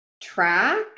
track